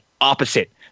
opposite